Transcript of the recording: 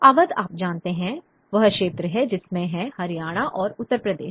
अवध आप जानते हैं वह क्षेत्र है जिसमें है हरियाणा और उत्तर प्रदेश